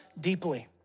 deeply